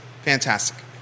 Fantastic